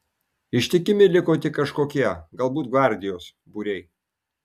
ištikimi liko tik kažkokie galbūt gvardijos būriai